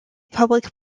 public